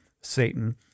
Satan